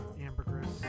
Ambergris